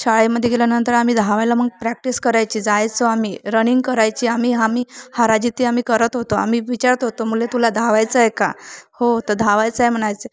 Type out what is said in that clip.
शाळेमध्ये गेल्यानंतर आम्ही धावायला मग प्रॅक्टिस करायची जायचो आम्ही रनिंग करायची आम्ही आम्ही हाराजीती आम्ही करत होतो आम्ही विचारत होतो मुली तुला धावायचं आहे का हो तर धावायचं आहे म्हणायची